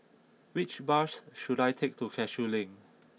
which bus should I take to Cashew Link